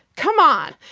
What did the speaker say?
come on!